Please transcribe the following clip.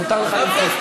מותר לך למחות.